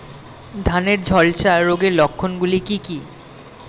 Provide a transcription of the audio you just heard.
ধানের ঝলসা রোগের লক্ষণগুলি কি কি?